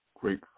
great